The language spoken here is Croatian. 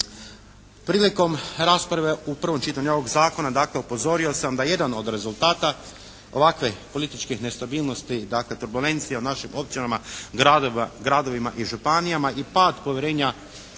Prilikom rasprave u prvom čitanju ovog zakona, dakle upozorio sam na jedan od rezultata ovakve političke nestabilnosti, dakle turbulencije u našim općinama, gradovima i županijama i pad povjerenja